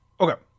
Okay